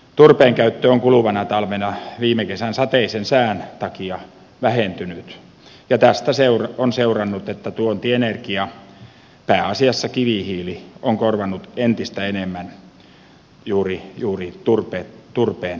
turpeen käyttö on kuluvana talvena viime kesän sateisen sään takia vähentynyt ja tästä on seurannut että tuontienergia pääasiassa kivihiili on korvannut entistä enemmän juuri turpeen voimalaitoksissa